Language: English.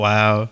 Wow